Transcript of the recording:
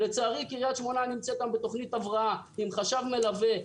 לצערי קריית שמונה נמצאת היום בתוכנית הבראה עם חשב מלווה,